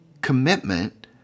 commitment